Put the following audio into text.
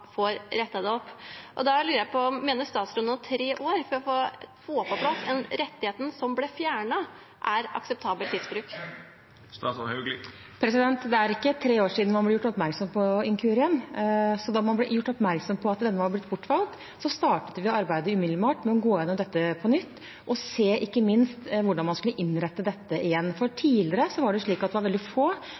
får rettet det opp. Da lurer jeg på: Mener statsråden at tre år for å få på plass den rettigheten som ble fjernet, er akseptabel tidsbruk? Det er ikke tre år siden man ble gjort oppmerksom på inkurien. Da man ble gjort oppmerksom på at denne retten hadde bortfalt, startet vi umiddelbart arbeidet med å gå igjennom dette på nytt og ikke minst se på hvordan man skulle innrette dette igjen. Tidligere var det slik at det var veldig få